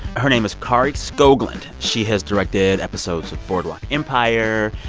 her name is kari skogland. she has directed episodes of boardwalk empire,